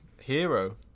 hero